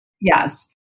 Yes